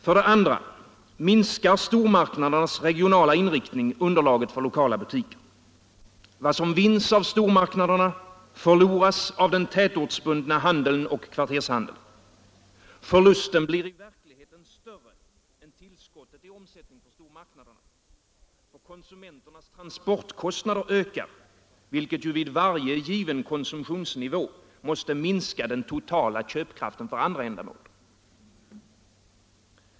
; För det andra minskar stormarknadernas regionala inriktning underlaget för lokala butiker. Vad som vinns av stormarknaderna, förloras av den tätortsbundna handeln och kvartershandeln. Förlusten blir i verkligheten större än tillskottet i omsättning för stormarknaderna. Konsumenternas transportkostnader ökar, vilket ju vid varje given konsumtionsnivå måste minska den totala köpkraften för andra ändamål.